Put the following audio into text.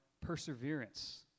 perseverance